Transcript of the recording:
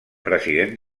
president